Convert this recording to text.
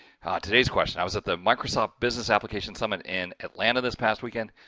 today's question. i was at the microsoft business application summit in atlanta this past weekend.